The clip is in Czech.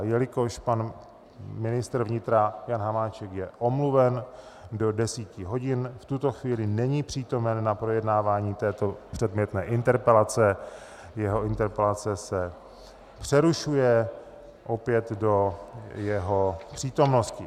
Jelikož pan ministr vnitra Jan Hamáček je omluven do 10 hodin, v tuto chvíli není přítomen na projednávání této předmětné interpelace, jeho interpelace se přerušuje opět do jeho přítomnosti.